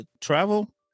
travel